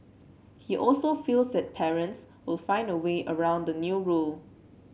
he also feels that parents will find a way around the new rule